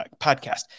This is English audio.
podcast